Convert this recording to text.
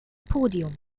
podium